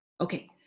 Okay